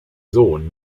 sohn